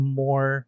more